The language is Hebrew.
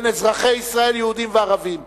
בין אזרחי ישראל, יהודים וערבים.